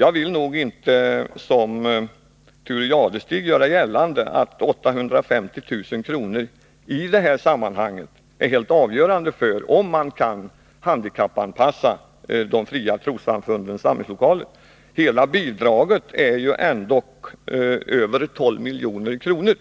Jag vill inte, som Thure Jadestig, göra gällande att 850 000 kr. i det här sammanhanget är helt avgörande för om man kan handikappanpassa de fria trossamfundens samlingslokaler. Hela bidraget är ju ändock över 12 milj.kr.